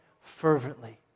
fervently